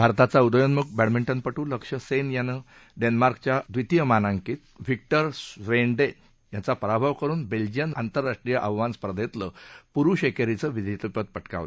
भारताचा उदयोन्मुख बद्धमिंटनपटू लक्ष्य सेन याने डेन्मार्कच्या द्वितीय मानांकित व्हिक्टर स्वेंडसेन याचा पराभव करुन बेल्जियन आंतरराष्ट्रीय आव्हान स्पर्धेतलं पुरुष एकेरीचं विजेतेपद पटकावलं